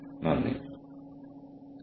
അതിനാൽ ശ്രദ്ധിച്ചതിന് വളരെ നന്ദി